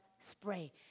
spray